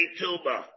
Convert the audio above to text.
tuba